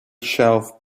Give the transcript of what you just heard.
shelf